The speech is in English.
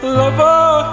lover